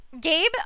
Gabe